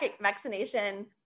vaccination